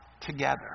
together